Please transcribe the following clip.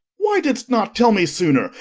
why didst not tell me sooner?